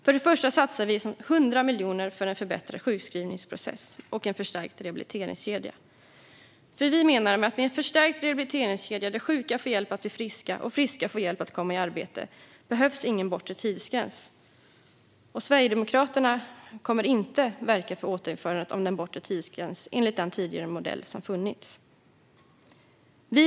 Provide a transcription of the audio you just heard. Först och främst satsar vi 100 miljoner kronor för en förbättrad sjukskrivningsprocess och en förstärkt rehabiliteringskedja. Vi menar att med en förstärkt rehabiliteringskedja, där sjuka får hjälp att bli friska och friska får hjälp att komma i arbete, behövs ingen bortre tidsgräns. Sverigedemokraterna kommer inte att verka för återinförande av en bortre tidsgräns enligt den tidigare modell som har funnits.